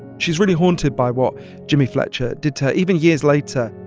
she's really haunted by what jimmy fletcher did to her even years later.